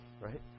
right